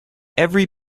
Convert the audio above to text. every